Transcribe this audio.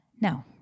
No